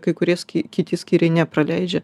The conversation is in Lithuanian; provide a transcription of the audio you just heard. kai kurie sky kiti skyriai nepraleidžia